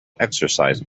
exercise